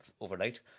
overnight